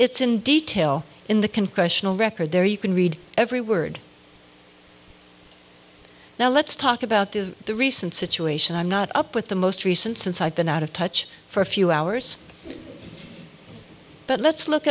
it's in detail in the congressional record there you can read every word now let's talk about the the recent situation i'm not up with the most recent since i've been out of touch for a few hours but let's look